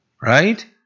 right